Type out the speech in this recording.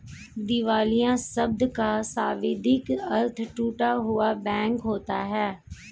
दिवालिया शब्द का शाब्दिक अर्थ टूटा हुआ बैंक होता है